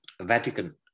Vatican